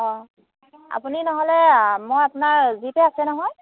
অঁ আপুনি নহ'লে মই আপোনাৰ জিপে' আছে নহয়